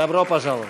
דוברו פוז'לובט.